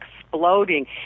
exploding